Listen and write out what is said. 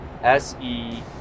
SE